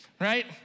right